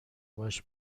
باش